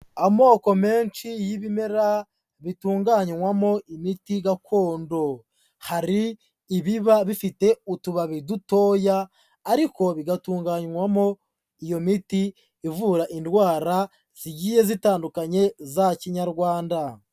Amoko menshi y'ibimera bitunganywamo imiti gakondo, hari ibiba bifite utubabi dutoya ariko bigatunganywamo iyo miti ivura indwara zigiye zitandukanye za kinyarwanda.